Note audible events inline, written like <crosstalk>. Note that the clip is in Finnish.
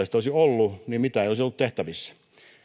<unintelligible> sitä olisi ollut niin mitään ei olisi ollut tehtävissä